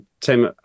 tim